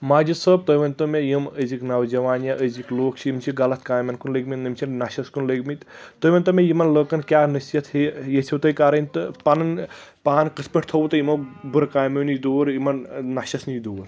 ماجد صٲب تُہۍ ؤنۍ تو مےٚ یِم آزِک نوجوان یا آزِک لُکھ چھ یِم چھِ غلط کامٮ۪ن کُن لٔگۍ مٕتۍ یِم چھِ نشس کُن لٔگۍ مٕتۍ تُہۍ ؤنۍ تو یِم لُکن کیٛاہ نصحیت ہٮ۪یہِ یژھِو تُہۍ کرٕنۍ تہٕ پنُن پان کِتھ پٲٹھۍ تھوٚو تۄہہِ یِمو بُرٕ کامیو نِش دوٗر یِمن نشس نِش دوٗر